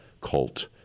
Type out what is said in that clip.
cult